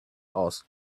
asked